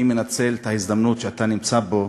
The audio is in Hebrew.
אני מנצל את ההזדמנות שאתה נמצא פה,